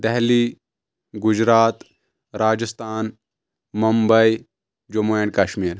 Delhi Gujarat Rajasthan Mumbai Jammu and Kashmir